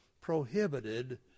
prohibited